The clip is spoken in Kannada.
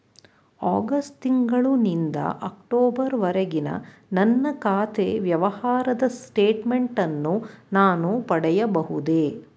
ಆಗಸ್ಟ್ ತಿಂಗಳು ನಿಂದ ಅಕ್ಟೋಬರ್ ವರೆಗಿನ ನನ್ನ ಖಾತೆ ವ್ಯವಹಾರದ ಸ್ಟೇಟ್ಮೆಂಟನ್ನು ನಾನು ಪಡೆಯಬಹುದೇ?